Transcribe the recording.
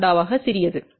25ʎ சிறியது